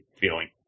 feeling